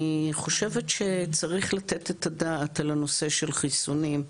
אני חושבת שצריך לתת את הדעת על הנושא של חיסונים,